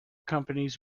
companies